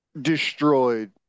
destroyed